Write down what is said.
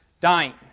dying